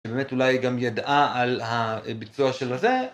‫ובאמת אולי גם ידעה ‫על הביצוע של הזה.